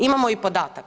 Imamo i podatak.